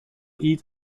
eat